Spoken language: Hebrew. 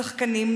שחקנים,